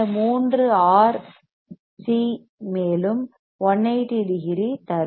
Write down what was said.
இந்த மூன்று R C மேலும் 180 டிகிரி தரும்